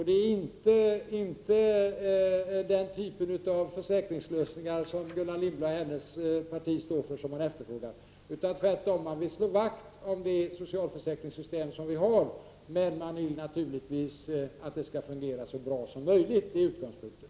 Det är inte den typen av försäkringslösningar som Gullan Lindblad och hennes parti står för som man efterfrågar. Människorna vill tvärtom slå vakt om det socialförsäkringssystem som vi har, men de vill att det skall fungera så bra som möjligt. Det är ju utgångspunkten.